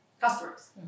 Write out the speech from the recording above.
customers